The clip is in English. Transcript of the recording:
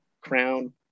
crown